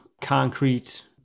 concrete